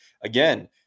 again